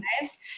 lives